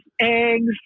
eggs